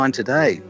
today